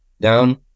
down